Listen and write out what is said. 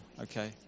Okay